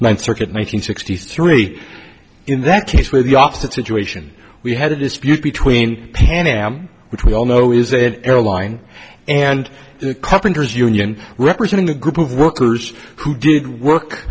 ninth circuit nine hundred sixty three in that case where the opposite situation we had a dispute between pan am which we all know is that airline and carpenters union representing the group of workers who did work